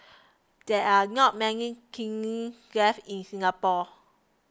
there are not many kilns left in Singapore